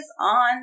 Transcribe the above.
on